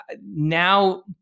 now